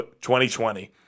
2020